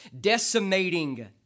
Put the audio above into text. decimating